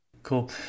Cool